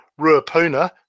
ruapuna